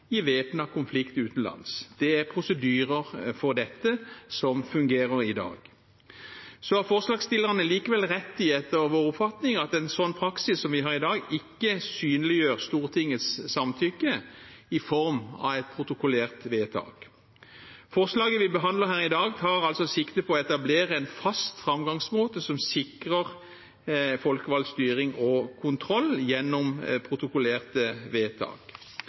konflikt utenlands. Det er prosedyrer for dette som fungerer i dag. Så har forslagsstillerne likevel rett i – etter vår oppfatning – at en sånn praksis som vi har i dag, ikke synliggjør Stortingets samtykke i form av et protokollert vedtak. Forslaget vi behandler her i dag, tar altså sikte på å etablere en fast framgangsmåte som sikrer folkevalgt styring og kontroll gjennom protokollerte vedtak.